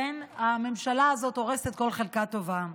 כן, הממשלה הזאת הורסת כל חלקה טובה.